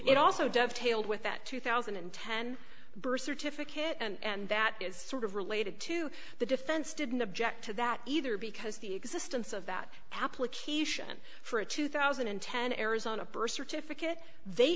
it also jeff tailed with that two thousand and ten birth certificate and that is sort of related to the defense didn't object to that either because the existence of that application for a two thousand and ten arizona birth certificate they